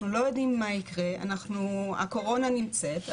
הם לא ידעו מה יקרה בגלל שהקורונה עדיין נמצאת,